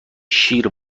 شیر